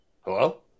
hello